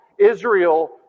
Israel